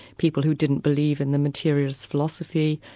people who didn't believe in the materialist philosophy,